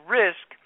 risk